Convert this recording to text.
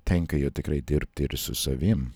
tenka ir tikrai dirbti ir su savim